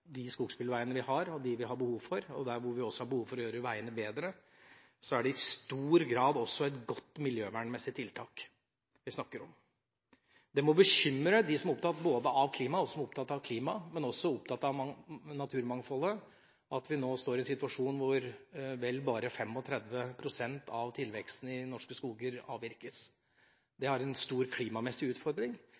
de skogsbilveiene vi har, har vi behov for, og der vi har behov for å gjøre veiene bedre, er det i stor grad også et godt miljøvernmessig tiltak vi snakker om. Det må bekymre dem som er opptatt av klimaet, men også av naturmangfoldet, at vi nå står i en situasjon hvor vel bare 35 pst. av tilveksten i norske skoger avvirkes. Det er en stor klimamessig utfordring.